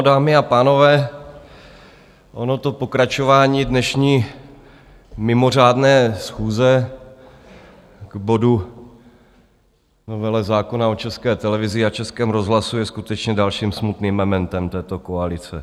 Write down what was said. Dámy a pánové, ono to pokračování dnešní mimořádné schůze k bodu, k novele zákona o České televizi a Českém rozhlasu je skutečně dalším smutným mementem této koalice.